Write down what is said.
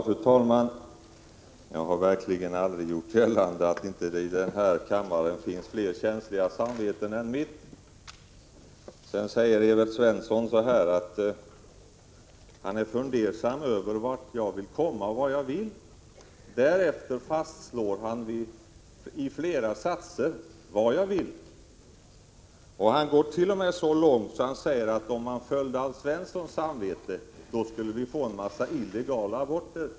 Fru talman! Jag har verkligen aldrig gjort gällande att det inte i den här kammaren finns fler känsliga samveten än mitt. Evert Svensson säger att han är fundersam över vart jag vill komma och vad jag vill. Därefter fastslår han i flera satser vad jag vill, och han går t.o.m. så långt att han säger, att om man följer Alf Svenssons samvete, blir det en mängd illegala aborter.